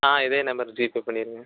ஆ இதே நம்பருக்கு ஜிபே பண்ணிடுங்க